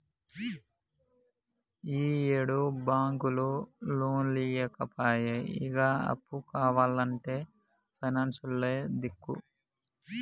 ఈయేడు బాంకులు లోన్లియ్యపాయె, ఇగ అప్పు కావాల్నంటే పైనాన్సులే దిక్కు